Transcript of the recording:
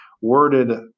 worded